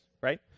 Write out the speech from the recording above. right